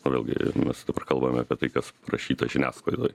na vėlgi mes dabar kalbame apie tai kas parašyta žiniasklaidoj